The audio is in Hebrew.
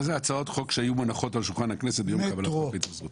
מה זה "הצעות חוק שהיו מונחות על שולחן הכנסת ביום קבלת חוק התפזרות